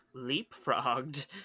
leapfrogged